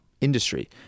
industry